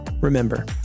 Remember